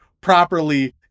properly